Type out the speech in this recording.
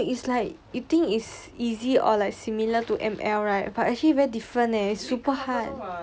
no is easy you think is easy but like similar to M_L right but actually very different leh super hard